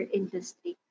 industry